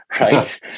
right